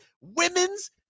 women's